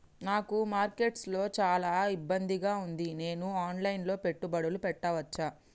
నాకు మార్కెట్స్ లో చాలా ఇబ్బందిగా ఉంది, నేను ఆన్ లైన్ లో పెట్టుబడులు పెట్టవచ్చా?